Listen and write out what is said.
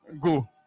go